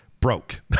broke